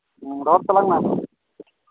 ᱨᱚᱲ ᱛᱟᱞᱟᱝ ᱢᱮ